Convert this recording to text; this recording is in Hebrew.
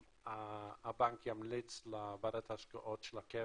שהבנק ימליץ לוועדת ההשקעות של הקרן,